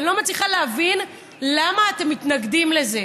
אני לא מצליחה להבין למה אתם מתנגדים לזה.